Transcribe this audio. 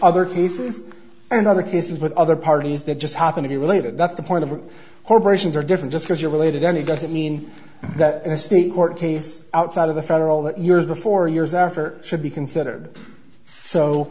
other cases and other cases with other parties that just happen to be related that's the point of the corporations are different just because you're related only doesn't mean that a state court case outside of the federal that years before years after should be considered